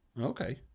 Okay